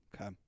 okay